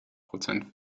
prozent